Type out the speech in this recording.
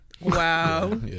Wow